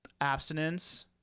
Abstinence